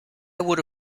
would